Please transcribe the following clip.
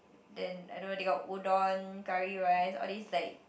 then I don't know they got udon curry rice all this like